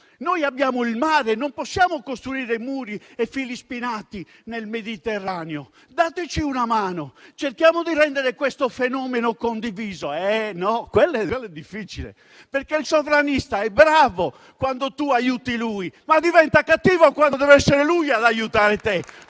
noi abbiamo il mare e non possiamo costruire muri e fili spinati nel Mediterraneo, e chiedere loro di darci una mano per rendere questo fenomeno condiviso. No, quello è difficile. Il sovranista è bravo quando tu aiuti lui; ma diventa cattivo quando deve essere lui ad aiutare te!